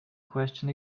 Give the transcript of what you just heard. question